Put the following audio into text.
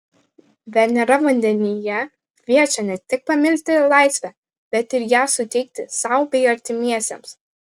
venera vandenyje kviečia ne tik pamilti laisvę bet ir ją suteikti sau bei artimiesiems